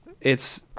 it's-